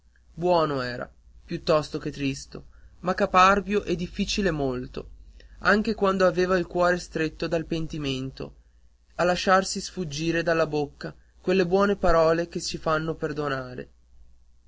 buono era piuttosto che tristo ma caparbio e difficile molto anche quando aveva il cuore stretto dal pentimento a lasciarsi sfuggire dalla bocca quelle buone parole che ci fanno perdonare